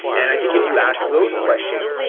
and i think if you ask those questions,